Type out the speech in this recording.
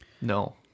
No